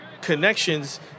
connections